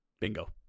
bingo